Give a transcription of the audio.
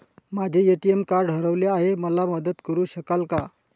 माझे ATM card हरवले आहे, मला मदत करु शकाल का?